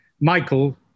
Michael